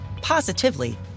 positively